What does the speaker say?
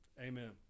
Amen